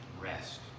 rest